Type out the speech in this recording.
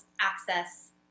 access